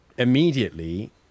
Immediately